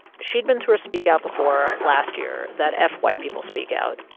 she'd been through a speak out before last year, that f white people speak out.